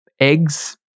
eggs